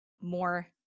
more